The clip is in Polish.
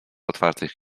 otwartych